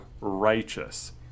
righteous